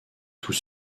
tout